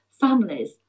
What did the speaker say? families